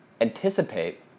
anticipate